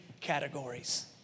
categories